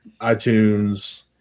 iTunes